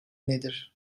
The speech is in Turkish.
nedir